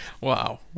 Wow